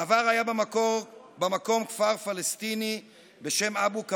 בעבר היה במקום כפר פלסטיני בשם אבו כביר,